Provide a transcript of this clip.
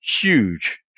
huge